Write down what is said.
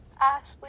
Ashley